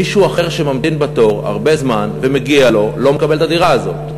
מישהו אחר שממתין בתור הרבה זמן ומגיע לו לא מקבל את הדירה הזאת.